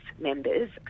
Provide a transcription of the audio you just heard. members